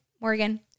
Morgan